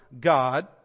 God